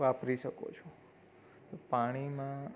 વાપરી શકો છો તો પાણીમાં